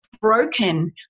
broken